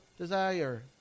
desire